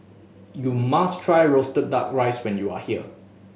you must try roasted Duck Rice when you are here